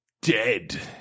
dead